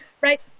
Right